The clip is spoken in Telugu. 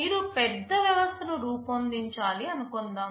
మీరు పెద్ద వ్యవస్థను రూపొందించాలి అనుకుందాం